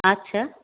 আচ্ছা